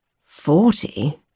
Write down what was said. Forty